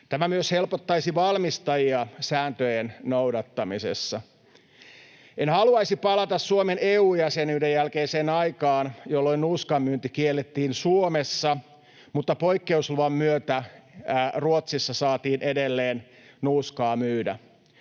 Tämä myös helpottaisi valmistajia sääntöjen noudattamisessa. En haluaisi palata Suomen EU-jäsenyyden jälkeiseen aikaan, jolloin nuuskan myynti kiellettiin Suomessa, mutta poikkeusluvan myötä Ruotsissa saatiin edelleen nuuskaa myydä.